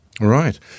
Right